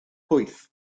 pwyth